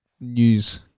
news